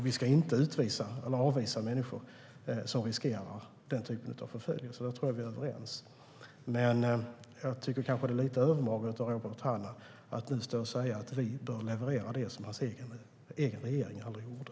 Vi ska inte utvisa eller avvisa människor som riskerar den typen av förföljelse; där tror jag att vi är överens. Jag tycker dock kanske att det är lite övermaga av Robert Hannah att stå och säga att vi bör leverera det hans egen regering aldrig gjorde.